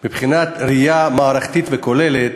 שמבחינת ראייה מערכתית כוללת